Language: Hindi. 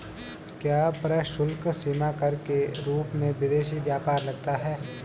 क्या प्रशुल्क सीमा कर के रूप में विदेशी व्यापार पर लगता है?